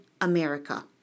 America